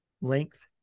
length